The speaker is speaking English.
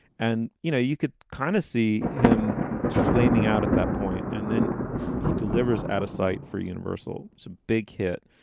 and, you know, you could kind of see him flaming out at that point. and then he delivers at a site for universal, some big hit,